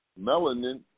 melanin